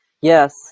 Yes